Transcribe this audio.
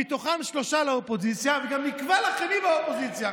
מתוכם שלושה לאופוזיציה וגם נקבע לאחרים באופוזיציה,